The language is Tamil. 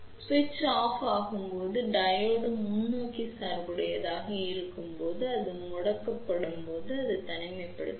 சுவிட்ச் ஆஃப் ஆகும்போது டையோடு முன்னோக்கி சார்புடையதாக இருக்கும்போது அது முடக்கப்படும் போது அது தனிமைப்படுத்தப்படும்